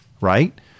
Right